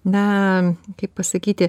na kaip pasakyti